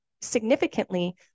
significantly